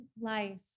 life